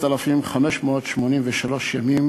10,583 ימים